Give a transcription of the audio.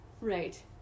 Right